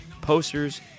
posters